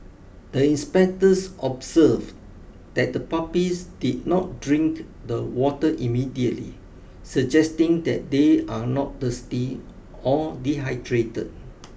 the inspectors observed that the puppies did not drink the water immediately suggesting that they are not thirsty or dehydrated